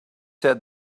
said